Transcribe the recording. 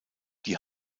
die